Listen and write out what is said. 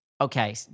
Okay